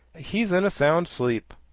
he's in a sound sleep.